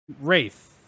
Wraith